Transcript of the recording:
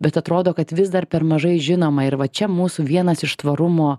bet atrodo kad vis dar per mažai žinoma ir va čia mūsų vienas iš tvarumo